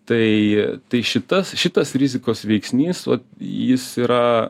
tai tai šitas šitas rizikos veiksnys o jis yra